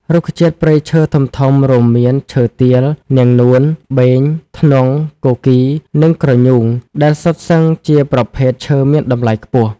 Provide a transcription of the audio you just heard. រុក្ខជាតិព្រៃឈើធំៗ រួមមាន ឈើទាល នាងនួន បេង ធ្នង់ គគីរ និងក្រញូង ដែលសុទ្ធសឹងជាប្រភេទឈើមានតម្លៃខ្ពស់។